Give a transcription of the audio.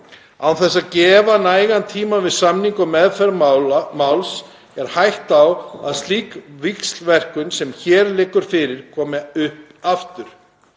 Án þess að gefa nægan tíma við samningu og meðferð máls er hætta á að slík víxlverkun sem hér liggur fyrir komi upp aftur.